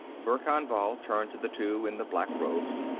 verkan vall turned to the two in the black robes.